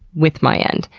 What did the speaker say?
with my end.